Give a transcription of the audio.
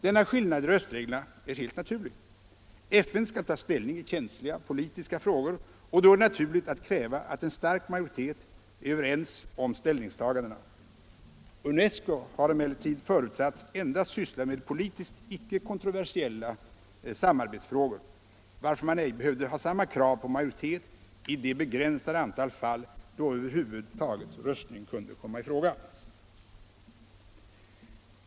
Denna skillnad i röstreglerna är helt naturlig. FN skall ta ställning i känsliga politiska frågor och då är det naturligt att kräva att en stark majoritet står bakom ställningstagandena. UNESCO har emellertid förutsatts endast syssla med politiskt icke kontroversiella samarbetsfrågor, varför man ej behövde ha samma krav på majoritet i det begränsade antal fall där röstning över huvud taget kunde komma i fråga.